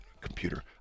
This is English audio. computer